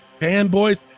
fanboys